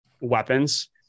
weapons